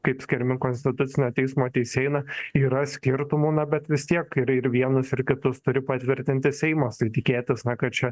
kaip skiriami konstitucinio teismo teisėjai na yra skirtumų na bet vis tiek ir ir vienus ir kitus turi patvirtinti seimas tai tikėtis na kad čia